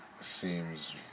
seems